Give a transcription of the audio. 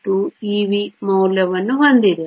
2 eV ಮೌಲ್ಯವನ್ನು ಹೊಂದಿದೆ